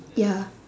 ya